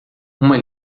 uma